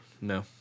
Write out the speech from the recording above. No